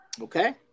Okay